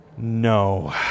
No